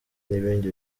n’ibindi